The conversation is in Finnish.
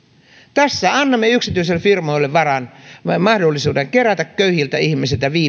tässä annamme yksityisille firmoille mahdollisuuden kerätä köyhiltä ihmisiltä